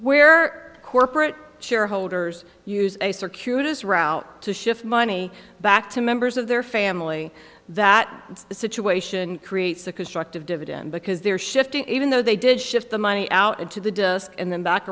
where corporate shareholders use a circuitous route to shift money back to members of their family that the situation creates a constructive dividend because they're shifting even though they did shift the money out into the dust and then back